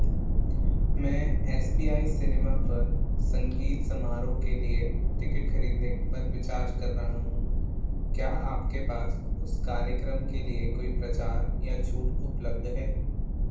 मैं S P I cinema पर संगीत समारोह के लिए टिकट खरीदने पर विचार कर रहा हूँ क्या आपके पास उस कार्यक्रम के लिए कोई प्रचार या छूट उपलब्ध है